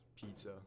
pizza